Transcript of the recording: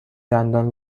دندان